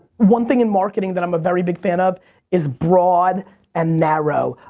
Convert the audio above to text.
one thing in marketing that i'm a very big fan of is broad and narrow.